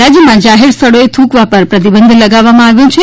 રાજયમાં જાહેર સ્થળોએ થુકવા પર પ્રતિબંધ લગાવવામાં આવ્યો છે